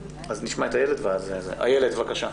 בבקשה.